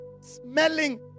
smelling